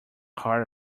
heart